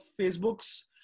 Facebook's